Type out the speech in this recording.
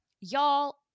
y'all